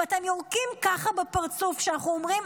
אם אתם יורקים ככה בפרצוף כשאנחנו אומרים,